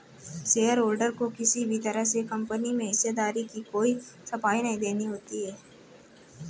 shareholder को किसी भी तरह से कम्पनी में हिस्सेदारी की कोई सफाई नहीं देनी होती है